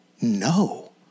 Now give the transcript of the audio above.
no